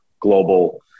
global